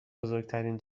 بزرگترین